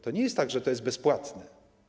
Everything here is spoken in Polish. To nie jest tak, że to jest bezpłatne.